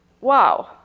wow